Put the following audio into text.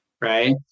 right